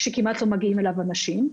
שכמעט לא מגיעים אליו אנשים.